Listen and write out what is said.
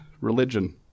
religion